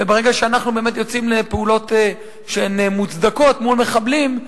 וברגע שאנחנו באמת יוצאים לפעולות שהן מוצדקות מול מחבלים,